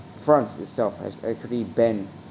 france itself has actually banned